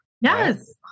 Yes